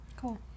Cool